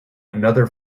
another